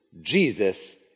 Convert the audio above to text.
Jesus